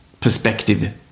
perspective